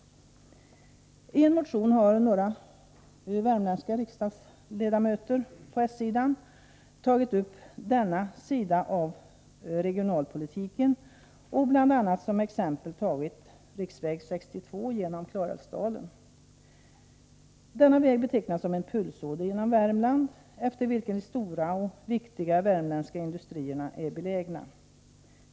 I en motion har några värmländska socialdemokratiska riksdagsledamöter tagit upp denna aspekt på regionalpolitiken och bl.a. som exempel tagit riksväg 62 genom Klarälvsdalen. Denna väg betecknas som en pulsåder genom Värmland, efter vilken de stora och viktiga värmländska industrierna är belägna.